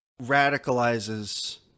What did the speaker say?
radicalizes